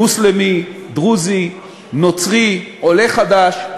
מוסלמי, דרוזי, נוצרי, עולה חדש,